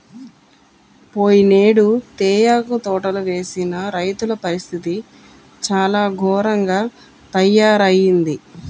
పోయినేడు తేయాకు తోటలు వేసిన రైతుల పరిస్థితి చాలా ఘోరంగా తయ్యారయింది